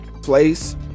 place